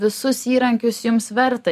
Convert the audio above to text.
visus įrankius jums verta